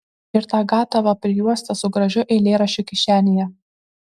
ir tą gatavą prijuostę su gražiu eilėraščiu kišenėje